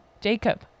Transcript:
Jacob